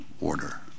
Order